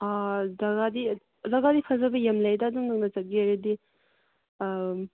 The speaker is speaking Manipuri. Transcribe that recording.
ꯖꯒꯥꯗꯤ ꯐꯖꯕ ꯌꯥꯝ ꯂꯩꯗ ꯅꯪꯅꯕꯨ ꯆꯠꯀꯦ ꯍꯥꯏꯔꯗꯤ ꯎꯝ